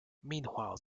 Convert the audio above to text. meanwhile